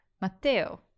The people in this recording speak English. Matteo